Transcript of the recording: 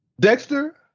Dexter